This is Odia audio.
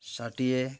ଷାଠିଏ